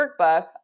workbook